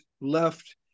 left